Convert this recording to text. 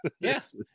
Yes